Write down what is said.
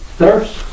thirst